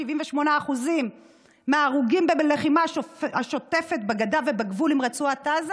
78% מההרוגים בלחימה השוטפת בגדה ובגבול עם רצועת עזה